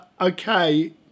okay